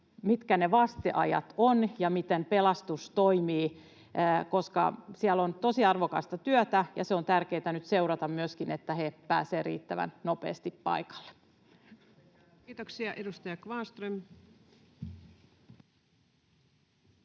mitkä ne vasteajat ovat ja miten pelastus toimii, koska siellä on tosi arvokasta työtä, ja nyt on myöskin tärkeätä seurata, että he pääsevät riittävän nopeasti paikalle. Kiitoksia. — Edustaja Kvarnström.